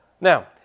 Now